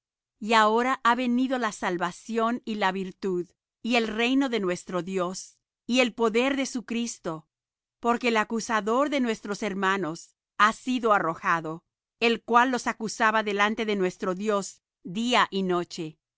decía ahora ha venido la salvación y la virtud y el reino de nuestro dios y el poder de su cristo porque el acusador de nuestros hermanos ha sido arrojado el cual los acusaba delante de nuestro dios día y noche